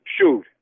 shoot